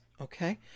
Okay